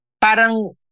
Parang